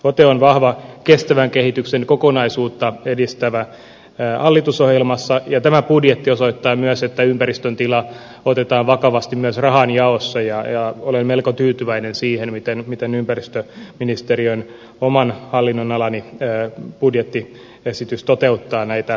ote on vahva kestävän kehityksen kokonaisuutta edistävä hallitusohjelmassa ja tämä budjetti osoittaa myös että ympäristön tila otetaan vakavasti myös rahan jaossa ja olen melko tyytyväinen siihen miten ympäristöministeriön oman hallinnonalani budjettiesitys toteuttaa näitä tavoitteita